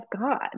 God